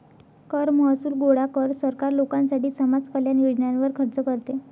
कर महसूल गोळा कर, सरकार लोकांसाठी समाज कल्याण योजनांवर खर्च करते